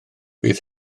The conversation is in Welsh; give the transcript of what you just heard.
bydd